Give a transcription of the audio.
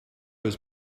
was